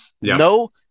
no